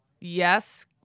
yes